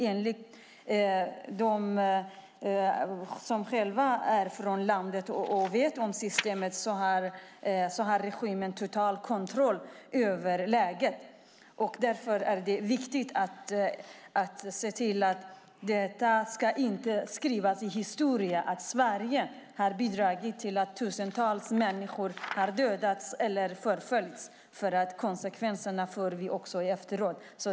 Enligt de som själva är från landet och känner systemet har regimen total kontroll över läget. Därför är det viktigt att se till att det inte kommer att skrivas in i historien att Sverige har bidragit till att tusentals har dödats eller förföljts. Konsekvenserna får vi efteråt.